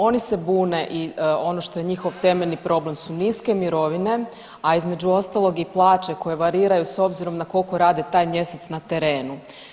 Oni se bune i ono što je njihov temeljni problem su niske mirovine, a između ostalog i plaće koje variraju s obzirom na koliko rade taj mjesec na terenu.